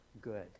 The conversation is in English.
good